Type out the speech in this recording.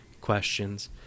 questions